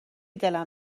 دلم